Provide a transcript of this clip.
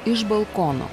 iš balkono